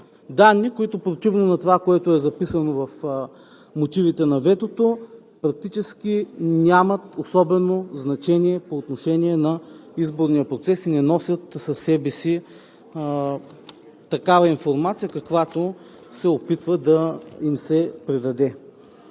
Данни, които противно на това, което е записано в мотивите на ветото, практически нямат особено значение по отношение на изборния процес и не носят със себе си такава информация, каквато се опитва да им се придаде.